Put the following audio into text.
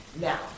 Now